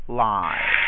live